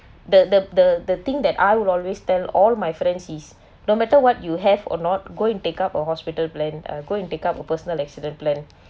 the the the the thing that I would always tell all my friends is no matter what you have or not go and take up a hospital plan uh go and take up a personal accident plan